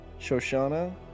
Shoshana